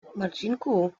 marcinku